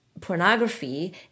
pornography